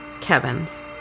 Kevin's